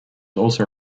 also